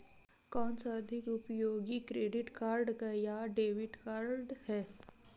कौनसा अधिक उपयोगी क्रेडिट कार्ड या डेबिट कार्ड है?